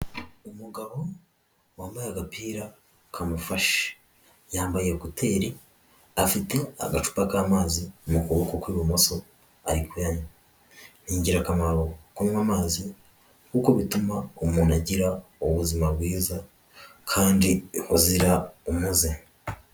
Umugabo wambaye agapira kamufashe, yambaye ekuteri, afite agacupa k'amazi mu kuboko kw'ibumoso ari kuyanywa. N’ingirakamaro kunywa amazi kuko bituma umuntu agira ubuzima bwiza kandi buzira umuze.